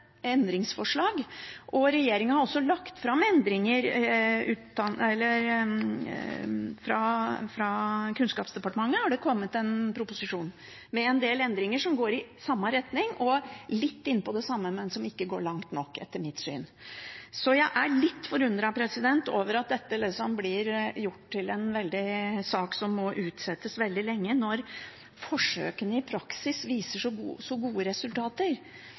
fra Kunnskapsdepartementet har det kommet en proposisjon om en del endringer som går i samme retning, og litt inn på det samme, men som etter mitt syn ikke går langt nok. Jeg er litt forundret over at dette blir gjort til en sak som må utsettes veldig lenge, når forsøkene i praksis viser så gode resultater.